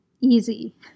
easy